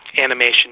animation